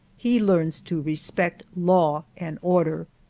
he learns to respect law and order.